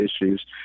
issues